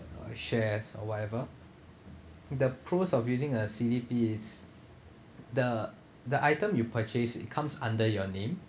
uh shares or whatever the pros of using a C_D_P is the the item you purchase it comes under your name